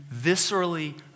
viscerally